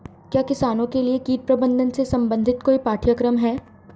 क्या किसानों के लिए कीट प्रबंधन से संबंधित कोई पाठ्यक्रम है?